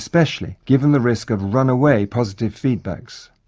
especially given the risk of runaway positive feedbacks,